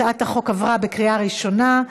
הצעת החוק עברה בקריאה ראשונה,